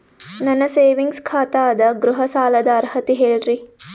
ನನ್ನ ಸೇವಿಂಗ್ಸ್ ಖಾತಾ ಅದ, ಗೃಹ ಸಾಲದ ಅರ್ಹತಿ ಹೇಳರಿ?